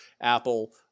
Apple